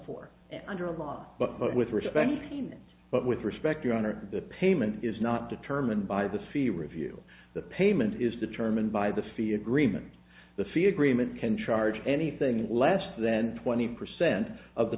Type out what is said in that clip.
four under a law but with reach of any means but with respect your honor the payment is not determined by the fee review the payment is determined by the fee agreement the fee agreement can charge anything less then twenty percent of the